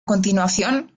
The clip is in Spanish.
continuación